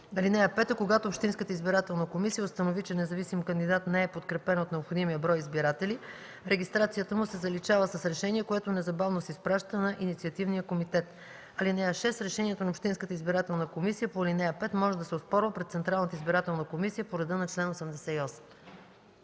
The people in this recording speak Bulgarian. ал. 2. (5) Когато общинската избирателна комисия установи, че независим кандидат не е подкрепен от необходимия брой избиратели, регистрацията му се заличава с решение, което незабавно се изпраща на инициативния комитет. (6) Решението на общинската избирателна комисия по ал. 5 може да се оспорва пред Централната избирателна комисия по реда на чл.